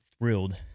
thrilled